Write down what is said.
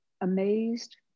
amazed